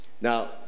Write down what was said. Now